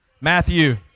Matthew